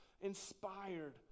inspired